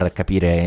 capire